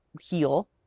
heal